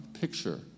picture